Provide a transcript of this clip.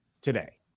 today